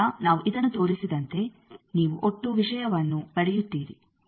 ಆದ್ದರಿಂದ ನಾವು ಇದನ್ನು ತೋರಿಸಿದಂತೆ ನೀವು ಒಟ್ಟು ವಿಷಯವನ್ನು ಪಡೆಯುತ್ತೀರಿ